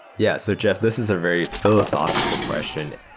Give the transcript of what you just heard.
yeah. so, jeff, this is a very philosophical question.